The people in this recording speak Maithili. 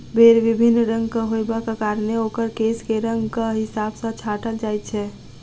भेंड़ विभिन्न रंगक होयबाक कारणेँ ओकर केश के रंगक हिसाब सॅ छाँटल जाइत छै